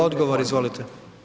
Odgovor, izvolite.